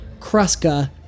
Kruska